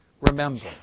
remember